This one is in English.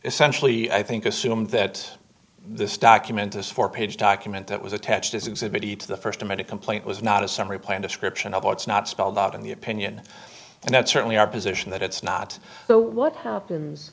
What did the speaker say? essentially i think assumed that this document this four page document that was attached as exhibit b to the first amended complaint was not a summary plan description of what's not spelled out in the opinion and that's certainly our position that it's not the what happens